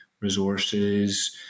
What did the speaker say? resources